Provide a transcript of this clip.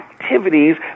Activities